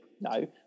no